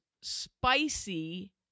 spicy